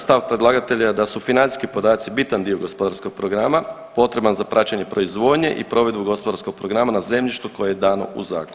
Stav predlagatelja je da su financijski podaci bitan dio gospodarskog programa potreban za praćenje proizvodnje i provedbu gospodarskog programa na zemljištu koje je dano u zakup.